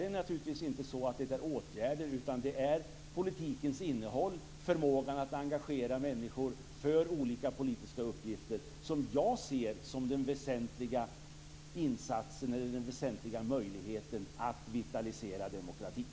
Det är inte fråga om åtgärder utan politikens innehåll, förmågan att engagera människor för olika politiska uppgifter, som jag ser som den väsentliga möjligheten att vitalisera demokratin.